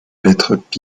lettre